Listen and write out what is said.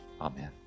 Amen